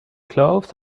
clothes